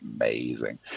amazing